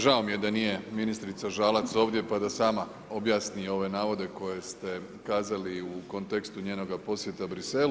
Žao mi je da nije ministrica Žalac ovdje, pa da sama objasni ove navode koje ste kazali u kontekstu njenoga posjeta Bruxellesu.